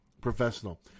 Professional